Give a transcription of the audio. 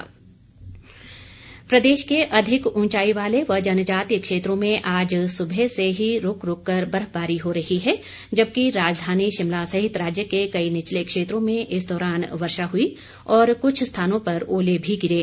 मौमस प्रदेश के अधिक ऊंचाई वाले व जनजातीय क्षेत्रों में आज सुबह से ही रूक रूक कर बर्फबारी हो रही है जबकि राजधानी शिमला सहित राज्य के कई निचले क्षेत्रों में इस दौरान वर्षा हई और कुछ स्थानों पर ओले भी गिरे